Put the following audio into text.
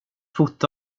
foto